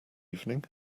evening